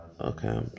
Okay